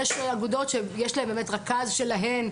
יש להם באמת רכז שלהם,